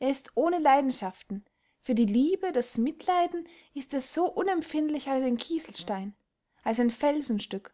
er ist ohne leidenschaften für die liebe das mitleiden ist er so unempfindlich als ein kieselstein als ein felsenstück